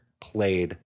played